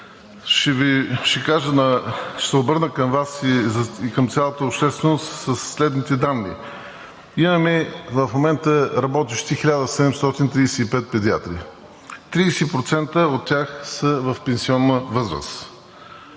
се обърна към Вас и към цялата общественост със следните данни. В момента имаме работещи 1735 педиатри, а 30% от тях са в пенсионна възраст.